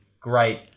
great